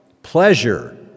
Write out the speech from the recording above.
Pleasure